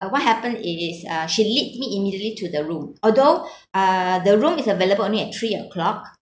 uh what happened is uh she lead me immediately to the room although uh the room is available only at three o'clock